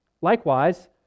Likewise